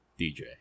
DJ